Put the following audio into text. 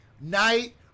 night